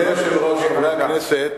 אדוני היושב-ראש, חברי הכנסת,